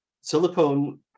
silicone